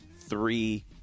three